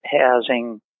housing